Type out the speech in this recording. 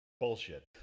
Bullshit